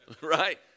Right